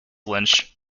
lynch